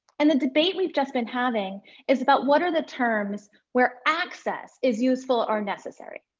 and the debate we've just been having is about what are the terms where access is useful or necessary.